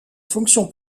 fonction